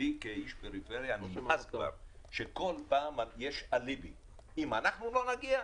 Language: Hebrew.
שלי כאיש פריפריה נמאס כבר שכל פעם יש אליבי אם אנחנו לא נגיע,